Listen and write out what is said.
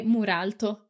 Muralto